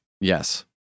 Yes